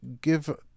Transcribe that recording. give